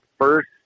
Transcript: first